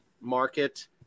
market